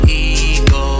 ego